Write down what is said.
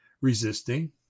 resisting